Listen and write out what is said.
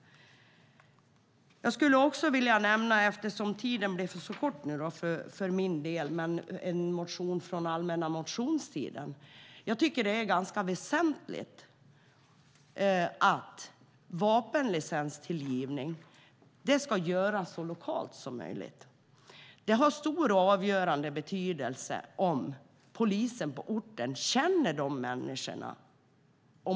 Talartiden för min del är kort, men jag skulle vilja hinna nämna en motion från allmänna motionstiden. Det är ganska väsentligt att vapenlicensgivning ska göras så lokalt som möjligt. Det har stor och avgörande betydelse om polisen på orten känner människorna.